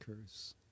curse